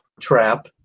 trap